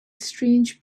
strange